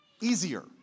easier